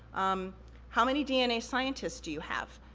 um how many dna scientists do you have?